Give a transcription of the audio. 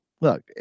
look